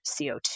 CO2